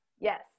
Yes